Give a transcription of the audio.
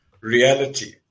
reality